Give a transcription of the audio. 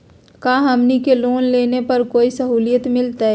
का हमनी के लोन लेने पर कोई साहुलियत मिलतइ?